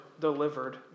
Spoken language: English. delivered